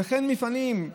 וכן מפעלים,